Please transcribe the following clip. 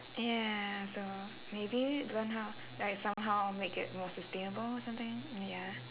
ya so maybe learn how like somehow make it more sustainable or something ya